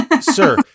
Sir